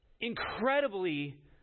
incredibly